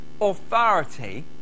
authority